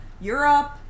europe